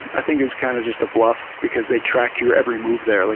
i think it was kind of just a bluff because they track your every move there. like